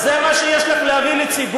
אז זה מה שיש לך להביא לציבור,